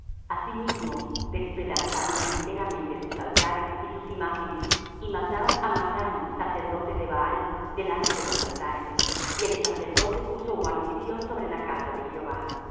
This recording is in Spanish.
asimismo despedazaron enteramente sus altares y sus imágenes y mataron á mathán sacerdote de baal delante de los altares y el sacerdote puso guarnición sobre la casa de jehová